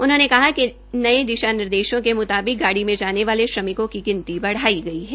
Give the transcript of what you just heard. उन्होंने कहा कि नये दिशा निर्देशों के मुताबिक गाड़ी में जाने वाले श्रमिकों की गिनती बढ़ाई गई है